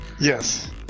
Yes